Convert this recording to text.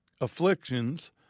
afflictions